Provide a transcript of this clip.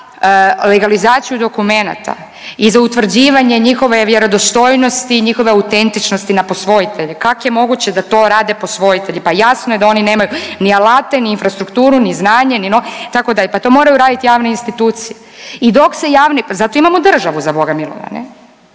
legalizaciju dokumenata i za utvrđivanje njihove vjerodostojnosti i njihove autentičnosti na posvojitelje, kak je moguće da to rade posvojitelji? Pa jasno je da oni nemaju ni alate ni infrastrukturu ni znanje ni .../nerazumljivo/... tako da je, pa to moraju raditi javne institucije i dok se javne pa zato imamo državu, za Boga miloga,